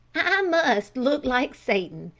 i must look like satan,